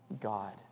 God